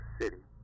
city